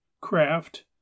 craft